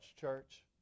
church